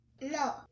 No